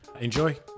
Enjoy